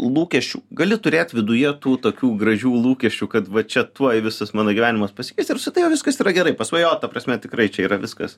lūkesčių gali turėt viduje tų tokių gražių lūkesčių kad va čia tuoj visas mano gyvenimas pasikeis ir su viskas yra gerai pasvajot ta prasme tikrai čia yra viskas